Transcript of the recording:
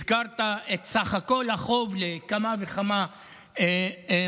הזכרת את סך כל החוב לכמה וכמה מרכולים,